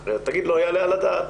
תגיד לא יעלה על הדעת.